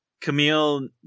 Camille